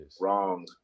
wrong